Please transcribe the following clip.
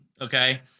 okay